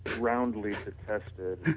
roundly detested